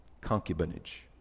Concubinage